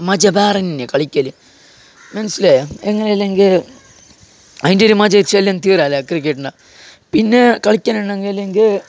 മജ്ജ വേറെ തന്നെ കളിക്കല് മനസിലായോ എങ്ങനെല്ലെങ്കിൽ അതിൻ്റെ ഒരു മജ്ജാന്ന് വെച്ചാല് തീരില്ല ക്രിക്കറ്റിൻ്റെ പിന്നെ കളിക്കാൻ